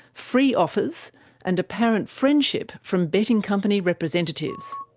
free offers and apparent friendship from betting company representatives.